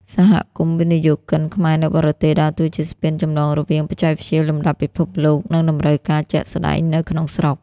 សហគមន៍វិនិយោគិនខ្មែរនៅបរទេស ដើរតួជាស្ពានចម្លងរវាងបច្ចេកវិទ្យាលំដាប់ពិភពលោក និងតម្រូវការជាក់ស្ដែងនៅក្នុងស្រុក។